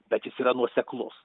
bet jis yra nuoseklus